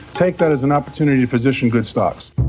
take that as an opportunity to position good stocks.